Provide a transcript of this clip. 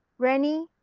rennie,